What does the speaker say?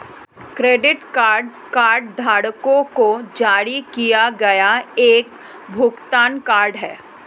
credit card कार्डधारकों को जारी किया गया एक भुगतान कार्ड है